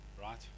right